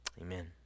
amen